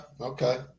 okay